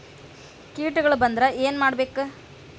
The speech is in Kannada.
ಕೇಟಗಳ ಬಂದ್ರ ಏನ್ ಮಾಡ್ಬೇಕ್?